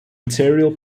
material